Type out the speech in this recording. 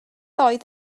oedd